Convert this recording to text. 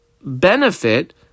benefit